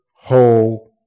whole